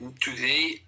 today